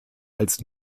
als